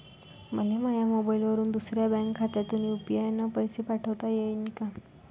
मले माह्या मोबाईलवरून दुसऱ्या बँक खात्यात यू.पी.आय न पैसे पाठोता येईन काय?